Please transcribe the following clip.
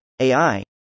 AI